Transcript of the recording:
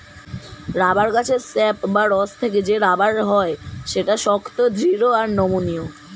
rubber গাছের sap বা রস থেকে যে রাবার হয় সেটা শক্ত, দৃঢ় আর নমনীয়